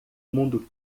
mundo